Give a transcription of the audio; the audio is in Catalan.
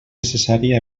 necessari